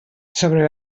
sobre